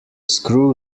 screw